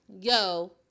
Yo